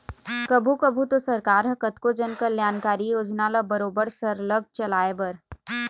कभू कभू तो सरकार ह कतको जनकल्यानकारी योजना ल बरोबर सरलग चलाए बर